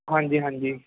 ਹਾਂਜੀ ਹਾਂਜੀ